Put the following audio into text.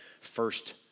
first